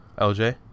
LJ